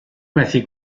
methu